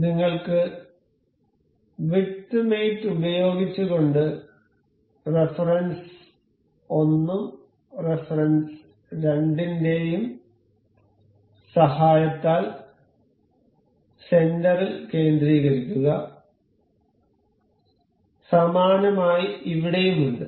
നിങ്ങൾക്ക് width mate ഉപയോഗിച്ചുകൊണ്ട് reference 1 ഉം റഫറൻസ് 2 വിന്റേയും സഹായത്താൽ സെന്ററിൽ കേന്ദ്രീകരിക്കുക സമാനമായി ഇവിടെയുമുണ്ട്